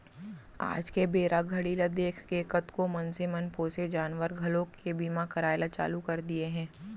आज के बेरा घड़ी ल देखके कतको मनसे मन पोसे जानवर घलोक के बीमा कराय ल चालू कर दिये हें